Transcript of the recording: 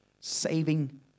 saving